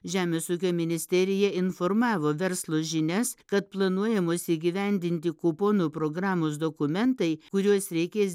žemės ūkio ministerija informavo verslo žinias kad planuojamos įgyvendinti kuponų programos dokumentai kuriuos reikės